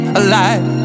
alive